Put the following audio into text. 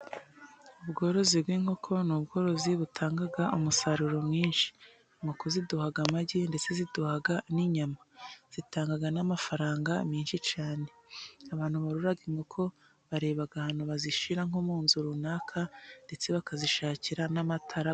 Ubworozi bw'inkoko ni ubworozi butanga umusaruro mwinshi. Inkoko ziduha amagi ndetse ziduha n'inyama, zitanga n'amafaranga menshi cyane. Abantu borora inkoko bareba ahantu bazishyira nko mu nzu runaka, ndetse bakazishakira n'amatara.